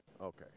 Okay